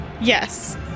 Yes